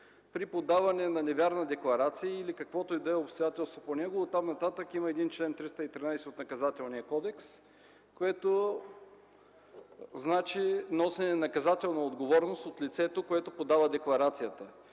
при подаване на невярна декларация или каквото и да е обстоятелство по него, оттам нататък има един чл. 313 от Наказателния кодекс, което значи носене на наказателна отговорност от лицето, което подава декларацията.